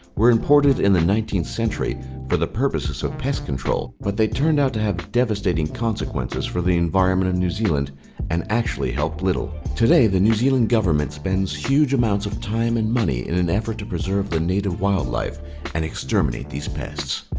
were imported in the nineteenth century for the purposes of pest control. but they turned out to have devastating consequences for the environment of and new zealand and actually help little. today, the new zealand government spends huge amounts of time and money in an effort to preserve the native wildlife and exterminate these pests.